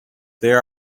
there